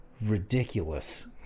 Ridiculous